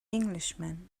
englishman